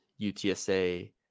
UTSA